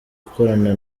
gukorana